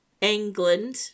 england